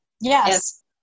yes